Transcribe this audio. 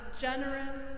generous